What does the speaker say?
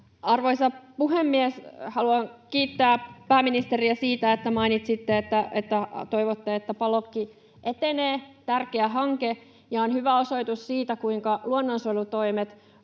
Arvoisa puhemies! Haluan kiittää pääministeriä siitä, että mainitsitte toivovanne, että Palokki etenee. Se on tärkeä hanke ja hyvä osoitus siitä, kuinka luonnonsuojelutoimet